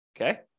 Okay